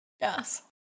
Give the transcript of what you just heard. yes